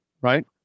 right